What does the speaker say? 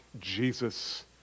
Jesus